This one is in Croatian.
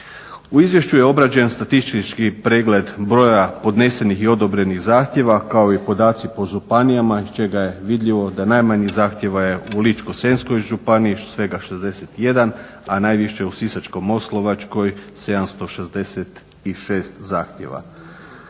U izvješću je obrađen statistički pregled broja podnesenih i odobrenih zahtjeva kao i podaci po županijama iz čega je vidljivo da je najmanje zahtjeva u Ličko-senjskoj županiji svega 61, a najviše u Sisačko-moslavačkoj 766 zahtjeva.